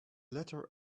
letter